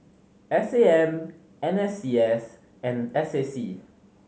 S A M N S C S and S A C